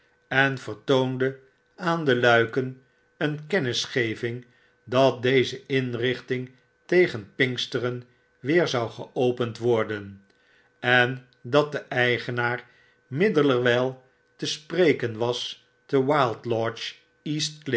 en vertoonde aan de luiken een kennisgeving dat deze inrichting tegen pinksteren weerzou geopend worden en dat de eigenaar middelerwijl te spreken was te